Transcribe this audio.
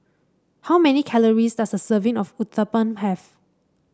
how many calories does a serving of Uthapam have